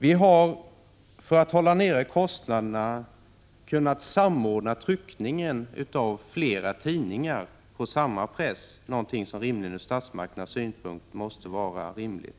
Vi har, för att hålla nere kostnaderna, kunnat samordna tryckningen av flera tidningar på samma press, någonting som ur statsmakternas synpunkt måste vara rimligt.